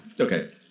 okay